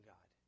God